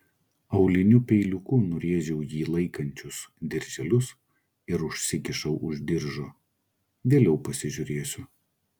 auliniu peiliuku nurėžiau jį laikančius dirželius ir užsikišau už diržo vėliau pasižiūrėsiu